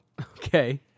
Okay